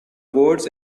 boards